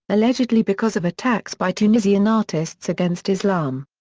allegedly because of attacks by tunisian artists against islam.